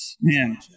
Man